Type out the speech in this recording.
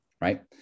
Right